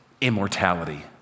immortality